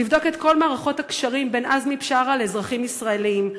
ולבדוק את כל מערכות הקשרים בין עזמי בשארה לאזרחים ישראלים.